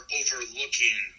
overlooking